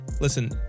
Listen